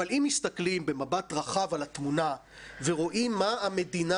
אבל אם מסתכלים במבט רחב על התמונה ורואים מה המדינה